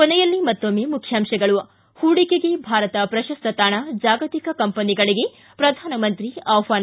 ಕೊನೆಯಲ್ಲಿ ಮತ್ತೊಮ್ಮೆ ಮುಖ್ಯಾಂಶಗಳು ಿ ಹೂಡಿಕೆಗೆ ಭಾರತ ಪ್ರಶಸ್ತ ತಾಣ ಜಾಗತಿಕ ಕಂಪೆನಿಗಳಿಗೆ ಪ್ರಧಾನಮಂತ್ರಿ ಆಹ್ವಾನ